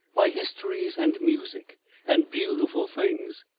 by histories and music and beautiful things,